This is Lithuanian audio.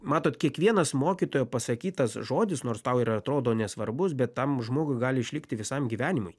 matot kiekvienas mokytojo pasakytas žodis nors tau ir atrodo nesvarbus bet tam žmogui gali išlikti visam gyvenimui